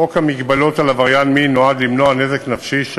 חוק מגבלות על חזרתו של עבריין מין לסביבת הנפגע